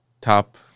top